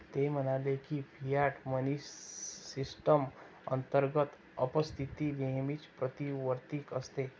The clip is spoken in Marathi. ते म्हणाले की, फियाट मनी सिस्टम अंतर्गत अपस्फीती नेहमीच प्रतिवर्ती असते